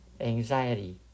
anxiety